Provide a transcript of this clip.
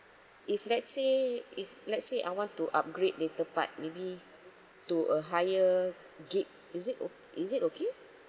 if let's say if let's say I want to upgrade later but maybe to a higher gig is it o~ is it okay